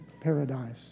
paradise